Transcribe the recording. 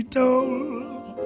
told